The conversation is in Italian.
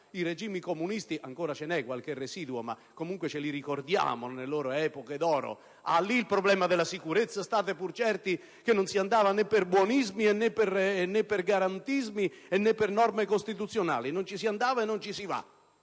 i regimi comunisti, ancora ce n'è qualche residuo ma comunque ce li ricordiamo nelle loro epoche d'oro: lì in merito al problema della sicurezza, statene pur certi, non si andava né per buonismi, né per garantismi, né per norme costituzionali; non ci si andava e non ci si va.